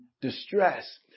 distress